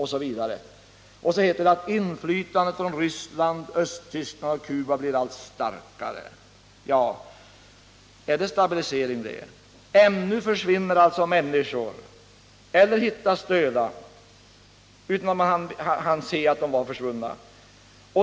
Inflytandet från Ryssland, Östtyskland och Cuba blir allt starkare. Är det stabilisering? Ännu försvinner alltså människor eller hittas döda utan att man hann se att de var försvunna.